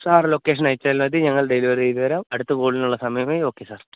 sir location അയച്ചാല് മതി ഞങ്ങള് ഡെല്വറി ചെയ്തു തരാം അടുത്ത കോളിനുള്ള സമയമായി ഓക്കേ സാര്